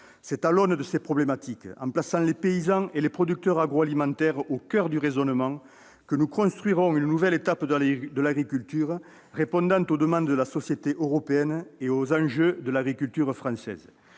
C'est à l'aune de ces problématiques, en plaçant les paysans et les producteurs agroalimentaires au coeur du raisonnement, que nous construirons une nouvelle étape de l'agriculture répondant aux demandes de la société européenne et aux enjeux de l'agriculture française.